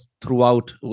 throughout